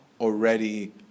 already